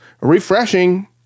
Refreshing